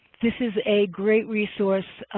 this is a great resource